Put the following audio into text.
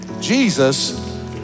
Jesus